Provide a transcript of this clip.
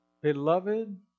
Beloved